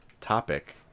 topic